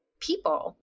people